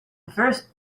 first